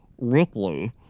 Ripley